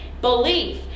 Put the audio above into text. belief